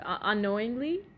Unknowingly